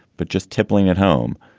but just tippling at home.